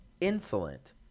insolent